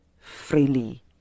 freely